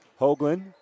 Hoagland